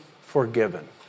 forgiven